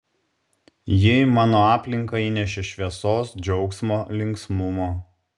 ji į mano aplinką įnešė šviesos džiaugsmo linksmumo